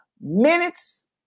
minutes